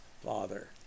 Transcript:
Father